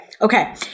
Okay